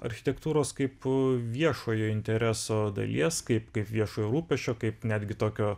architektūros kaip viešojo intereso dalies kaip kaip viešojo rūpesčio kaip netgi tokio